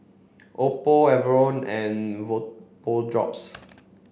Oppo Enervon and Vapodrops